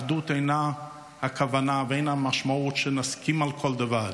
אחדות, אין הכוונה ואין המשמעות שנסכים על כל דבר.